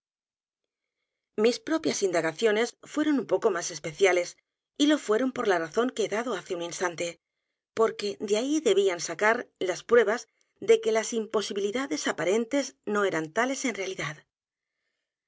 mis propias indagaciones fueron un poco más especiales y lo fueron por la razón que he dado hace un instante porque de ahí se debían sacar las pruebas de que las imposibilidades aparentes no eran tales en realidad